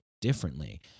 differently